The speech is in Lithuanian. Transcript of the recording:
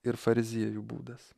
ir fariziejų būdas